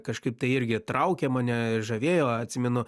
kažkaip tai irgi traukė mane žavėjo atsimenu